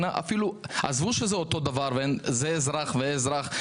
עזבו שזה אותו דבר וזה אזרח וזה אזרח,